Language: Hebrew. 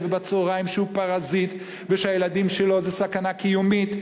ובצהריים שהוא פרזיט ושהילדים שלו זה סכנה קיומית.